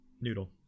Noodle